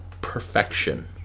perfection